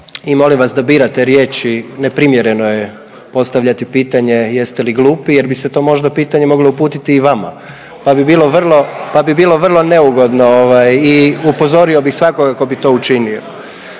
I molim vas da birate riječi, neprimjereno je postavljate pitanje jeste li glupi jer bi se to možda pitanje moglo uputiti i vama pa bi bilo vrlo neugodno ovaj i upozorio bih svakoga tko bi to učinio.